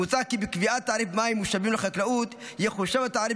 מוצע כי בקביעת תעריף מים מושבים לחקלאות יחושב התעריף